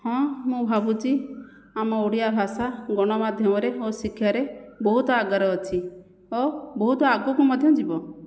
ହଁ ମୁଁ ଭାବୁଛି ଆମ ଓଡ଼ିଆ ଭାଷା ଗଣମାଧ୍ୟମରେ ଓ ଶିକ୍ଷାରେ ବହୁତ ଆଗରେ ଅଛି ଓ ବହୁତ ଆଗକୁ ମଧ୍ୟ ଯିବ